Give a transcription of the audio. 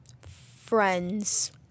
friends